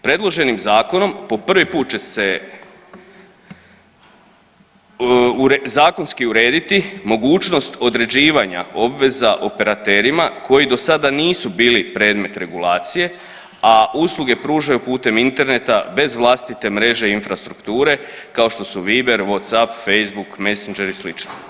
Predloženim zakonom po prvi put će se zakonski urediti mogućnost određivanja obveza operaterima koji do sada nisu bili predmet regulacije, a usluge pružaju putem interneta bez vlastite mreže i infrastrukture kao što su Viber, WhatsApp, Facebook, Messenger i slično.